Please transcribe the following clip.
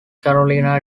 carolina